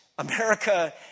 America